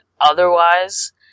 Otherwise